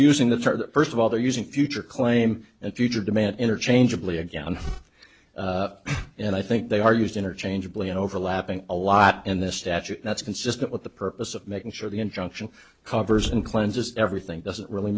using the term first of all they're using future claim and future demand interchangeably again and i think they are used interchangeably overlapping a lot in this statute that's consistent with the purpose of making sure the injunction covers and cleanses everything doesn't really